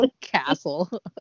castle